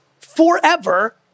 Forever